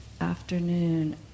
afternoon